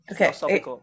Okay